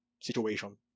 situation